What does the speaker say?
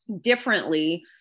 differently